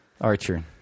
archer